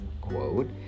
quote